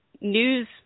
news